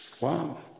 Wow